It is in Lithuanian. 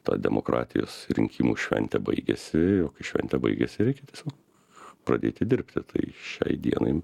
ta demokratijos rinkimų šventė baigėsi šventė baigėsi reikia tiesiog pradėti dirbti tai šiai dienai